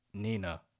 Nina